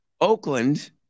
Oakland